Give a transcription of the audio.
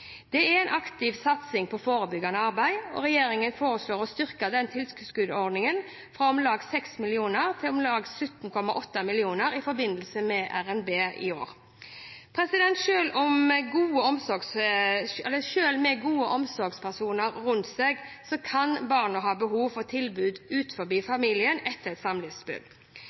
Det er en aktiv satsing på forebyggende arbeid. Regjeringen foreslår å styrke tilskuddsordningen fra om lag 6 mill. kr til om lag 17,8 mill. kr i forbindelse med revidert nasjonalbudsjett i år. Selv med gode omsorgspersoner rundt seg kan barna ha behov for tilbud